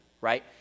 right